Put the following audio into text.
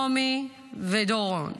רומי ודורון.